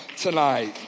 tonight